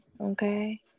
okay